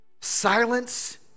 Silence